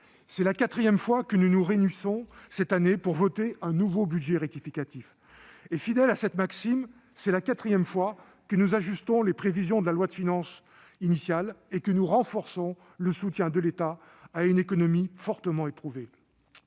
C'est la quatrième fois que nous nous réunissons cette année pour voter un nouveau budget rectificatif. Fidèles à cette maxime, c'est la quatrième fois que nous ajustons les prévisions de la loi de finances initiale et que nous renforçons le soutien de l'État à une économie fortement éprouvée.